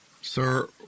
Sir